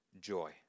joy